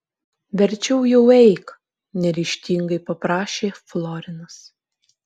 verčiau jau eik neryžtingai paprašė florinas